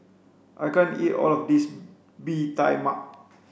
I can't eat all of this bee tai mak